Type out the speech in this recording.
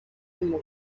umugabo